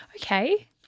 Okay